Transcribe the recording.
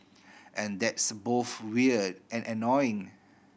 and that's both weird and annoying